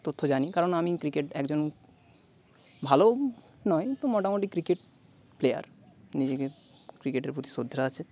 তথ্য জানি কারণ আমি ক্রিকেট একজন ভালো নয় তো মোটামুটি ক্রিকেট প্লেয়ার নিজেকে ক্রিকেটের প্রতি শ্রদ্ধা আছে